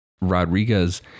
Rodriguez